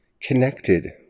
connected